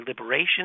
liberation